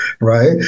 right